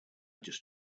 just